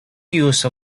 use